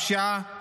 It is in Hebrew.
הפשיעה,